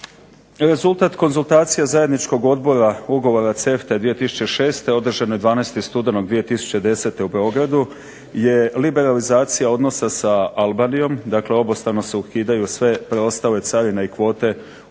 Rezultat konzultacije zajedničkog Odbora ugovora CEFTA-e 2006. održano je 12. studenog 2010. u Beogradu je liberalizacija odnosa sa Albanijom dakle obostrano se ukidaju sve preostale carine i kvote u razmjeni